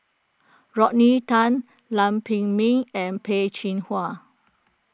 Rodney Tan Lam Pin Min and Peh Chin Hua